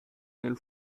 nel